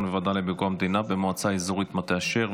והוועדה לביקורת המדינה במועצה האזורית מטה אשר,